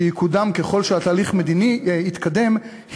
שיקודם ככל שהתהליך המדיני יתקדם,